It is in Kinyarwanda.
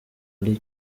ali